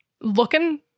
Looking